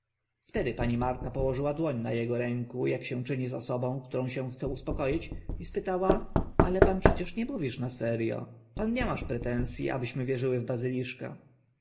wtedy pani marta położyła położyła dłoń na ego ręku ak się czyni z osobą którą się chce uspokoić i spytała ale pan przecież nie mówisz na serio pan nie masz pretens i abyśmy wierzyły w